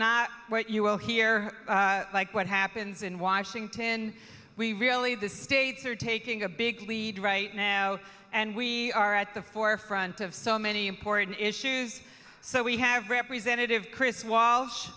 not what you will hear like what happens in washington we really the states are taking a big lead right now and we are at the forefront of so many important issues so we have representative chris walsh